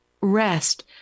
rest